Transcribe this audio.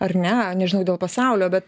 ar ne nežinau dėl pasaulio bet